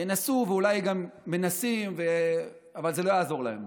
ינסו ואולי גם מנסים, אבל זה לא יעזור להם.